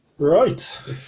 Right